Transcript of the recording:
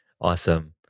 Awesome